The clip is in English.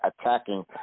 attacking